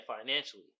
financially